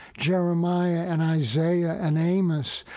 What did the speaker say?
jeremiah and isaiah and amos.